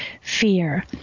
fear